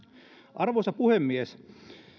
arvoisa puhemies